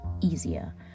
easier